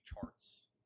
charts